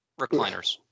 recliners